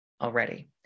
already